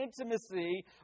intimacy